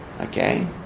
Okay